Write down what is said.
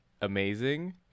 amazing